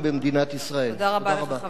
תודה רבה לחבר הכנסת אריה אלדד.